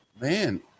Man